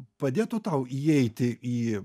padėtų tau įeiti į